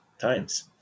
times